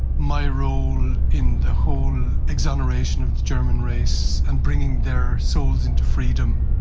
my role in the whole exoneration of the german race and bringing their souls into freedom.